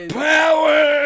power